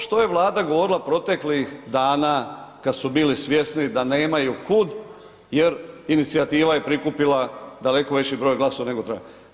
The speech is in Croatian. Što je Vlada govorila proteklih dana kad su bili svjesni da nemaju kud jer inicijativa je prikupila daleko veći broj glasova nego treba.